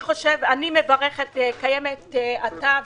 אתה,